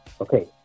Okay